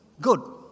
good